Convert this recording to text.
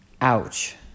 ouch